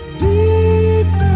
deep